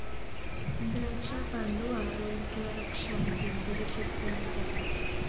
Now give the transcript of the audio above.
ద్రాక్షపండ్లు ఆరోగ్య రక్ష అని పెద్దలు చెపుతుంటారు